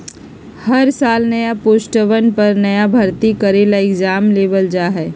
हर साल नया पोस्टवन पर नया भर्ती करे ला एग्जाम लेबल जा हई